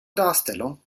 darstellung